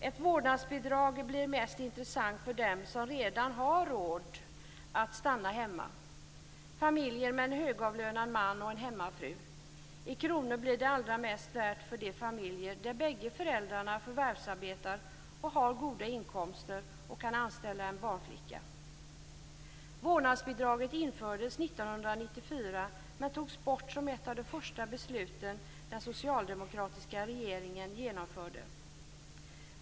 Ett vårdnadsbidrag blir mest intressant för dem som redan har råd att stanna hemma, dvs. familjer med en högavlönad man och en hemmafru. I kronor blir det allra mest värt för de familjer där bägge föräldrarna förvärvsarbetar, har goda inkomster och kan anställa en barnflicka. Vårdnadsbidraget infördes 1994, men togs bort genom ett av de första besluten den socialdemokratiska regeringen fattade.